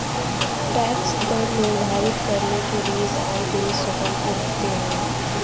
tax दर निर्धारित करने के लिए सभी देश स्वतंत्र होते है